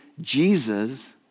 Jesus